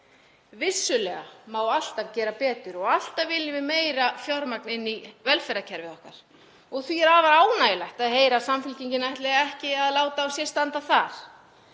Vissulega má alltaf gera betur og alltaf viljum við meira fjármagn inn í velferðarkerfið okkar og því er afar ánægjulegt að heyra að Samfylkingin ætli ekki að láta á sér standa þar.